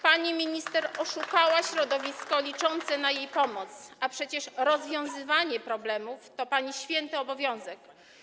Pani minister oszukała środowisko liczące na jej pomoc, a przecież rozwiązywanie problemów to pani święty obowiązek.